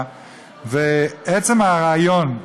עצם הרעיון,